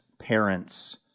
parents